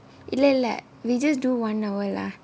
இல்லை இல்லை:illai illai we just do one hour lah